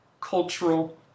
cultural